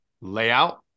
layout